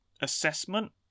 assessment